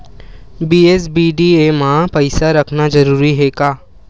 BSBDA मा पईसा रखना जरूरी हे का?